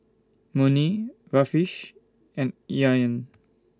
Murni Rafish and Aryan